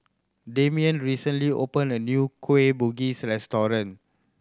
Demian recently opened a new Kueh Bugis restaurant